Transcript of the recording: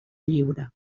lliure